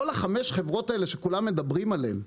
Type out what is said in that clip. כל החמש חברות האלה שכולם מדברים עליהם,